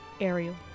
Ariel